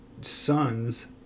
sons